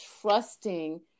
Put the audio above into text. trusting